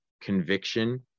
conviction